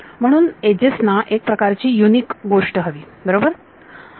म्हणून एजेस ना एक प्रकारची युनिक गोष्ट हवी बरोबर